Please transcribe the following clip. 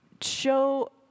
show